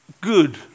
Good